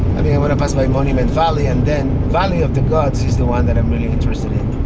i mean i'm gonna pass by monument valley and then valley of the gods is the one that i'm really interested in.